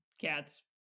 cats